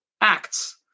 acts